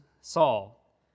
Saul